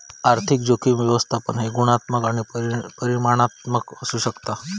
आर्थिक जोखीम व्यवस्थापन हे गुणात्मक आणि परिमाणात्मक असू शकता